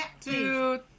two